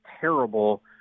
terrible